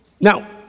Now